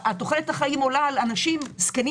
תוחלת החיים עולה בקרב אנשים זקנים